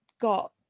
got